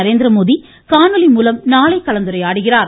நரேந்திரமோடி காணொலி மூலம் நாளை கலந்துரையாடுகிறார்